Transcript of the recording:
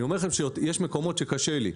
אני אומר לכם שיש מקומות שקשה לי.